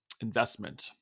investment